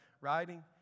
writing